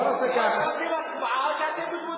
בוא נעשה ככה, או שעושים הצבעה או שאתם מתמודדים.